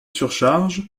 surcharge